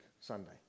Sunday